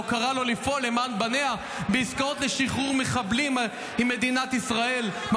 ובו קראה לו לפעול למען בניה בעסקאות עם מדינת ישראל לשחרור מחבלים.